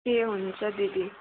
ए हुन्छ दिदी